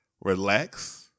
Relax